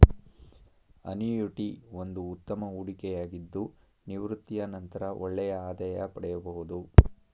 annuity ಒಂದು ಉತ್ತಮ ಹೂಡಿಕೆಯಾಗಿದ್ದು ನಿವೃತ್ತಿಯ ನಂತರ ಒಳ್ಳೆಯ ಆದಾಯ ಪಡೆಯಬಹುದು